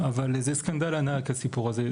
זה סקנדל ענק הסיפור הזה,